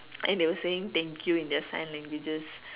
and they were saying thank you in their sign languages